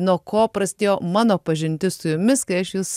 nuo ko prasidėjo mano pažintis su jumis kai aš jus